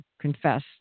confess